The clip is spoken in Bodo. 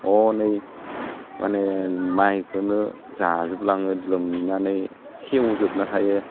हनै माने मायखौनो जाजोबलाङो लोमनानै सेवजोबना थायो